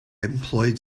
employed